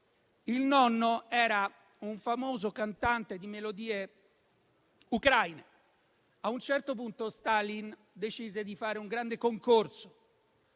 il nonno era un famoso cantante di melodie ucraine: a un certo punto, Stalin decise di fare un grande concorso